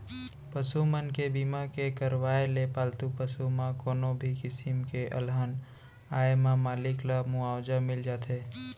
पसु मन के बीमा के करवाय ले पालतू पसु म कोनो भी किसम के अलहन आए म मालिक ल मुवाजा मिल जाथे